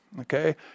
okay